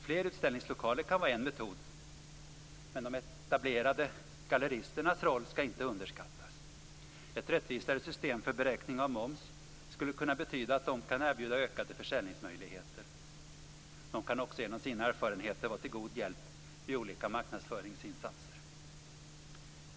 Fler utställningslokaler kan vara en metod men de etablerade galleristernas roll skall inte underskattas. Ett rättvisare system för beräkning av moms skulle kunna betyda att de kan erbjuda ökade försäljningsmöjligheter. De kan också genom sina erfarenheter vara till god hjälp vid olika marknadsföringsinsatser.